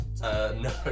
No